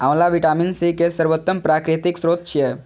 आंवला vitamin C के सर्वोत्तम प्राकृतिक स्रोत छियै